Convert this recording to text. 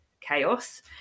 chaos